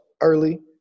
early